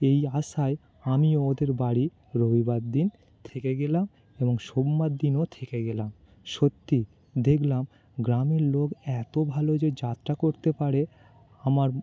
এই আশায় আমিও ওদের বাড়ি রবিবার দিন থেকে গেলাম এবং সোমবার দিনও থেকে গেলাম সত্যি দেখলাম গ্রামের লোক এত ভালো যে যাত্রা করতে পারে আমার